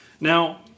Now